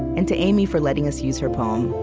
and to aimee for letting us use her poem.